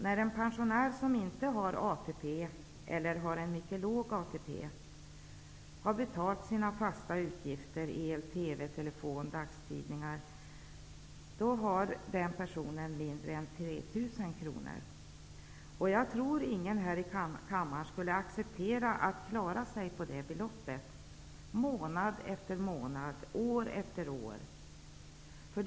När en pensionär som inte har ATP eller som har en mycket låg ATP har betalat sina fasta utgifter, el, TV, telefon och dagstidningar, har denna person mindre än 3 000 kr kvar. Jag tror inte att någon här i kammaren skulle acceptera att klara sig på detta belopp, månad efter månad, år efter år.